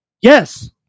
Yes